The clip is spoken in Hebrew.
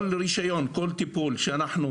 כל רישיון וכל טיפול שאנחנו